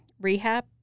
rehab